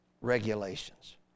regulations